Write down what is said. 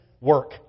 work